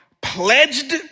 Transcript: pledged